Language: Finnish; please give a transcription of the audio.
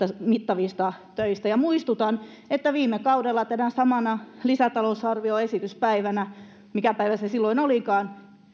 mittavista töistä ja muistutan että viime kaudella tänä samana lisätalousarvioesityspäivänä mikä päivä se silloin olikaan